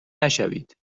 نشوید